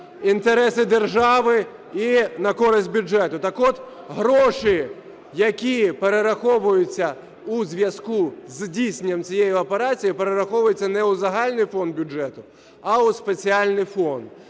інтереси держави і на користь бюджету. Так от, гроші, які перераховуються у зв'язку із здійсненням цієї операції, перераховуються не у загальний фонд бюджету, а у спеціальний фонд,